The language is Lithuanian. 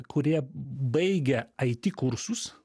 kurie baigia it kursus